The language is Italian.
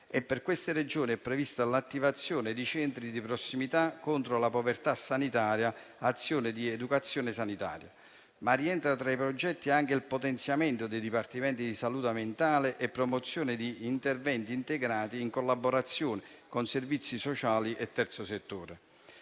Per queste Regioni è prevista l'attivazione di centri di prossimità contro la povertà sanitaria e azioni di educazione sanitaria. Rientrano tra i progetti anche il potenziamento dei dipartimenti di salute mentale e la promozione di interventi integrati in collaborazione con servizi sociali e terzo settore.